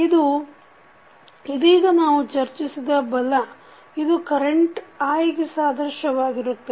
ಇದು ಇದೀಗ ನಾವು ಚರ್ಚಿಸಿದ ಬಲ ಇದು ಕರೆಂಟ್ i ಗೆ ಸಾದೃಶ್ಯವಾಗಿರುತ್ತದೆ